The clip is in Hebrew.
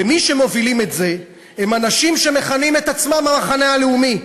ומי שמובילים את זה הם אנשים שמכנים את עצמם "המחנה הלאומי",